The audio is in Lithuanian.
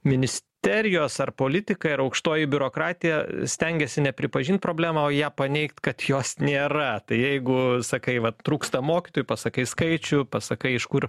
ministerijos ar politika ir aukštoji biurokratija stengiasi ne pripažint problemą o ją paneigt kad jos nėra tai jeigu sakai vat trūksta mokytojų pasakai skaičių pasakai iš kur